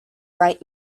right